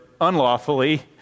unlawfully